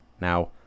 Now